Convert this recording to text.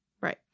Right